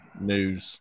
news